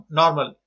normal